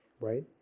right